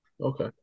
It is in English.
Okay